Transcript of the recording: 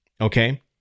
okay